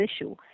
issue